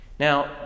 Now